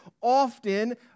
Often